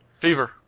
Fever